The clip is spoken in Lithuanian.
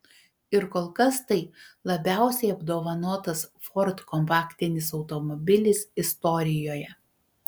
ir kol kas tai labiausiai apdovanotas ford kompaktinis automobilis istorijoje